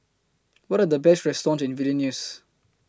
What Are The Best restaurants Vilnius